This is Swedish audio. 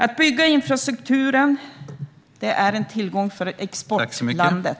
Att bygga infrastrukturen är en tillgång för exportlandet.